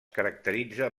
caracteritza